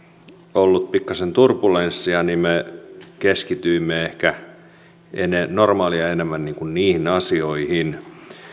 ollut pikkasen turbulenssia niin että me keskityimme ehkä normaalia enemmän niihin asioihin